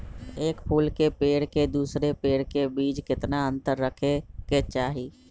एक फुल के पेड़ के दूसरे पेड़ के बीज केतना अंतर रखके चाहि?